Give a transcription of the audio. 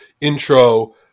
intro